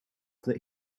that